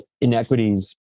inequities